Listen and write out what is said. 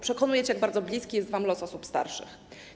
Przekonujecie, jak bardzo bliski jest wam los osób starszych.